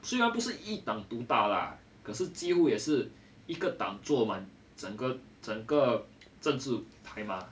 虽然不是一党独大啦可是几乎也是一个档坐满整个整个政治台吗